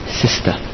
sister